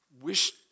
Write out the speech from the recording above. Wish